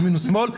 ימין ושמאל.